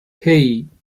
hey